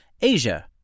Asia